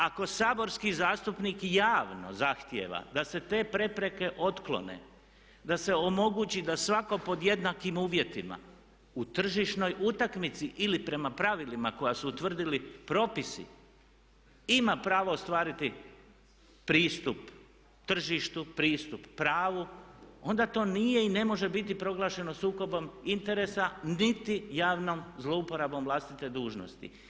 Ako saborski zastupnik javno zahtijeva da se te prepreke otklone, da se omogući da svako pod jednakim uvjetima u tržišnoj utakmici ili prema pravilima koja su utvrdili propisi ima pravo ostvariti pristup tržištu, pristup pravu onda to nije i ne može biti proglašeno sukobom interesa niti javnom zlouporabom vlastite dužnosti.